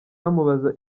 bamubaza